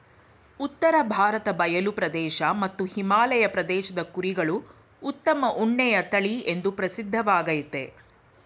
ಉತ್ತರ ಭಾರತ ಬಯಲು ಪ್ರದೇಶ ಮತ್ತು ಹಿಮಾಲಯ ಪ್ರದೇಶದ ಕುರಿಗಳು ಉತ್ತಮ ಉಣ್ಣೆಯ ತಳಿಎಂದೂ ಪ್ರಸಿದ್ಧವಾಗಯ್ತೆ